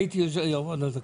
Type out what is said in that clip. הייתי יו"ר ועדת הכספים.